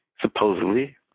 supposedly